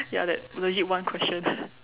ya like legit one question